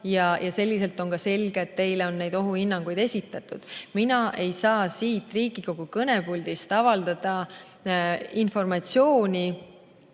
Selliselt on ka selge, et teile on neid ohuhinnanguid esitatud. Mina ei saa siit Riigikogu kõnepuldist avaldada informatsiooni,